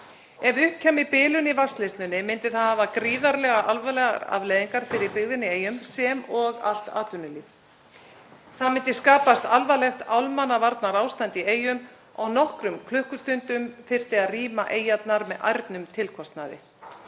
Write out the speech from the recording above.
Ef upp kæmi bilun í vatnsleiðslunni myndi það hafa gríðarlega alvarlegar afleiðingar fyrir byggðina í Eyjum sem og allt atvinnulíf. Það myndi skapast alvarlegt almannavarnaástand í Eyjum á nokkrum klukkustundum og þyrfti að rýma Eyjarnar með ærnum tilkostnaði.